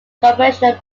conventional